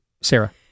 Sarah